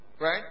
Right